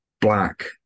black